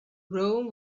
rome